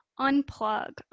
unplug